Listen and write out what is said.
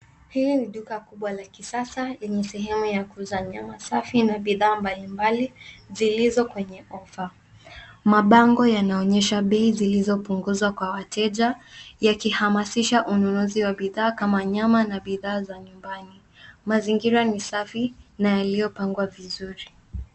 Hili ni duka kubwa la kisasa lenye sehemu ya kuuza nyama safi na bidhaa mbalimbali zilizo kwenye ofa. Mabango yanaonyesha bei zilizopunguzwa kwa wateja yakihamasisha ununuzi wa bidhaa kama nyama na bidhaa za nyumbani. Mazingira ni safi na yaliyopangwa vizuri.